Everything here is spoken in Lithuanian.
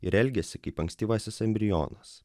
ir elgiasi kaip ankstyvasis embrionas